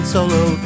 Solo